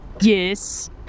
yes